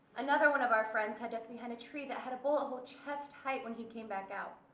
another one of our friends had ducked behind a tree that had a bullet hole chest height when he came back out.